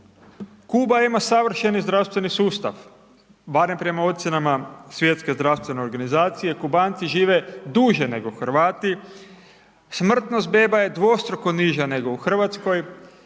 Kuba ima savršeni zdravstveni sustav, barem prema ocjenama Svjetske zdravstvene organizacije, Kubanci žive duže nego Hrvati, smrtnost beba je dvostruko niža nego u Hrvatskoj,